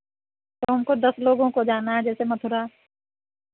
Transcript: तो हमको दस लोगों को जाना है जैसे मथुरा